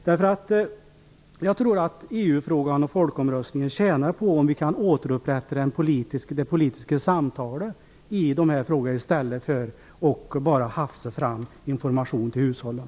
Det skulle också gagna EU och folkomröstningsfrågan om vi kan återupprätta det politiska samtalet i stället för att bara hafsa fram information till hushållen.